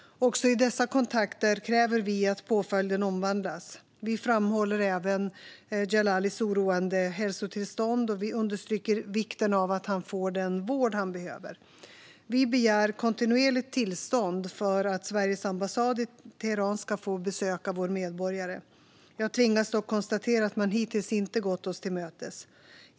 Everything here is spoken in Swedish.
Också i dessa kontakter kräver vi att påföljden omvandlas. Vi framhåller även Djalalis oroande hälsotillstånd, och vi understryker vikten av att han får den vård han behöver. Svar på interpellationer Vi begär kontinuerligt tillstånd för att Sveriges ambassad i Teheran ska få besöka vår medborgare. Jag tvingas dock konstatera att man hittills inte har gått oss till mötes.